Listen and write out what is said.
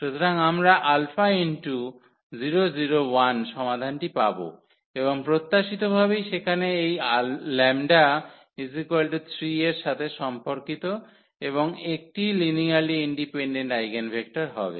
সুতরাং আমরা সমাধানটি পাব এবং প্রত্যাশিত ভাবেই সেখানে এই 𝜆 3 এর সাথে সম্পর্কিত কেবল একটিই লিনিয়ারলি ইন্ডিপেন্ডেন্ট আইগেনভেক্টর হবে